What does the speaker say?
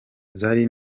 zari